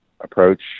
approach